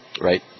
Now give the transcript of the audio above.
Right